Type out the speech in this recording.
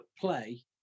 play